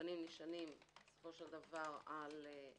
- התקנים נשענים על דוזה,